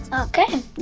Okay